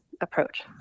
approach